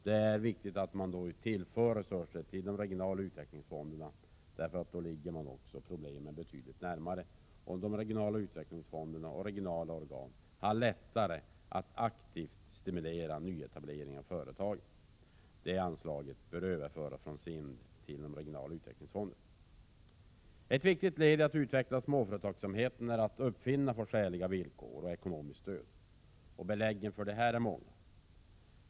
Det är viktigt att de regionala utvecklingsfonderna tillförs resurser. De befinner sig ju betydligt närmare problemen. De regionala utvecklingsfonderna och organen har lättare att aktivt stimulera nyetableringar av företag. Detta anslag bör överföras från SIND till de regionala utvecklingsfonderna. Ett viktigt led när det gäller att utveckla småföretagsamheten är att se till att uppfinnarna får skäliga villkor och ekonomiskt stöd. Det finns många belägg för detta.